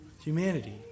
humanity